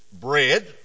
bread